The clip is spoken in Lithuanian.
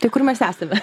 tai kur mes esame